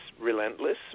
relentless